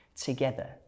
together